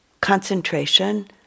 concentration